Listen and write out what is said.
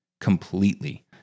completely